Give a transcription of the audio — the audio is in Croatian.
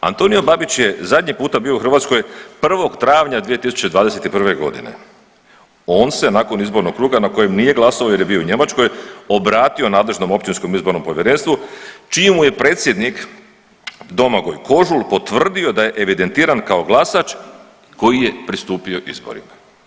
Antonio Babić je zadnji puta bio u Hrvatskoj 1. travnja 2021.g., on se nakon izbornog kruga na kojem nije glasovao jer je bio u Njemačkoj, obratio nadležnom općinskom izbornom povjerenstvu čim mu je predsjednik Domagoj Kožul potvrdio da je evidentiran kao glasač koji je pristupio izborima.